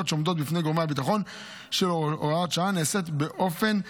שעומדות בפני גורמי הביטחון של הוראת השעה נעשה באופן זהיר.